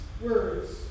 words